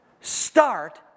start